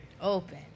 open